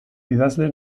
idazle